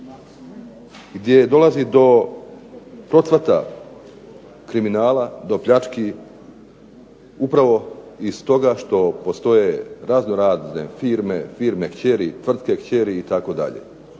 gdje dolazi do procvata kriminala, do pljački upravo i stoga što postoje raznorazne firme, firme kćeri, tvrtke kćeri itd.